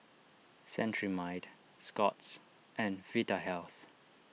Cetrimide Scott's and Vitahealth